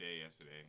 yesterday